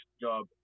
job